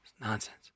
nonsense